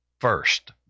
first